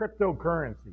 cryptocurrency